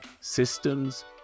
systems